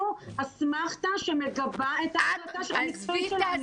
אסמכתא שמגבה את ההחלטה המקצועית ---.